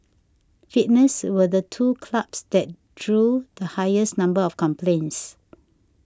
fitness were the two clubs that drew the highest number of complaints